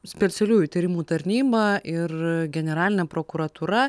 specialiųjų tyrimų tarnyba ir generalinė prokuratūra